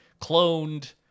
cloned